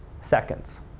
seconds